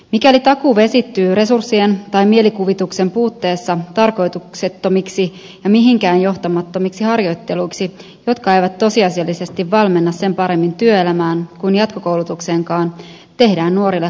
mikäli takuu vesittyy resurssien tai mielikuvituksen puutteessa tarkoituksettomiksi ja mihinkään johtamattomiksi harjoitteluiksi jotka eivät tosiasiallisesti valmenna sen paremmin työelämään kuin jatkokoulutukseenkaan tehdään nuorille karhunpalvelus